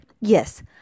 Yes